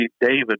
David